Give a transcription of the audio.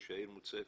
כשהעיר מוצפת.